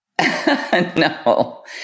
no